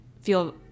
feel